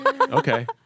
Okay